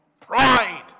Pride